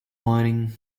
writing